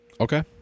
Okay